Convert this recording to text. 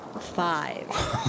five